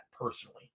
personally